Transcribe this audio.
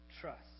Trust